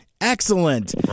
Excellent